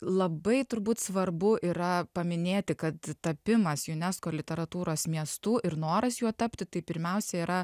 labai turbūt svarbu yra paminėti kad tapimas junesko literatūros miestu ir noras juo tapti tai pirmiausia yra